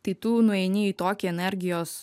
tai tu nueini į tokį energijos